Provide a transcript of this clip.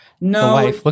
no